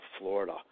Florida